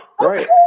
Right